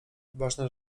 ważne